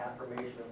affirmation